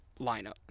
lineup